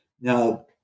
Now